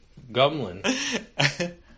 Gumlin